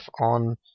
on